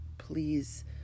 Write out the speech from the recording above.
please